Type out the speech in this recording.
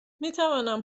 میتوانم